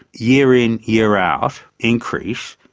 year in, year out increase,